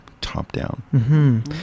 top-down